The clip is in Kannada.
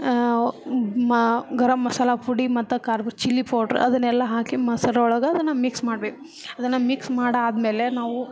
ಮಾ ಗರಂ ಮಸಾಲೆ ಪುಡಿ ಮತ್ತು ಖಾರದ್ದು ಚಿಲ್ಲಿ ಪೌಡ್ರ್ ಅದನ್ನೆಲ್ಲ ಹಾಕಿ ಮೊಸ್ರು ಒಳಗೆ ಅದನ್ನು ಮಿಕ್ಸ್ ಮಾಡ್ಬೇಕು ಅದನ್ನು ಮಿಕ್ಸ್ ಮಾಡಾದ್ಮೇಲೆ ನಾವು